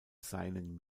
seinen